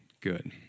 good